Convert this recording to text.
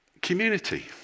community